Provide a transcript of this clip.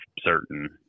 certain